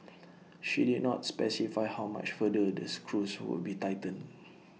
she did not specify how much further the screws would be tightened